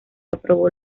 aprobó